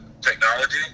technology